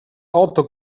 auto